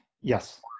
Yes